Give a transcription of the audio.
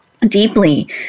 deeply